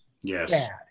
Yes